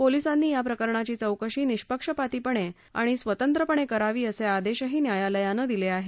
पोलिसांनी या प्रकरणाची चौकशी निपक्षपातीपणे आणि स्वतंत्रपणे करावी असे आदेशही न्यायालयानं दिले आहे